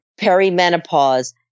perimenopause